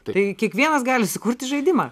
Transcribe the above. tai kiekvienas gali sukurti žaidimą